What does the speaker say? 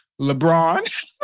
LeBron